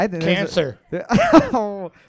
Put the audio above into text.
Cancer